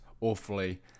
awfully